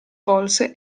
volse